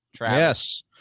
Yes